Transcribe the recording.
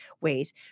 ways